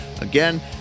Again